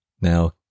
now